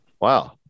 Wow